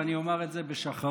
ואני אומר את זה בשחרית,